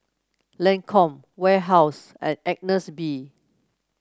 Lancome Warehouse and Agnes B